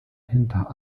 hinter